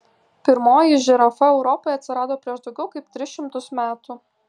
pirmoji žirafa europoje atsirado prieš daugiau kaip tris šimtus metų